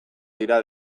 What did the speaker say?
dira